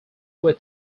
were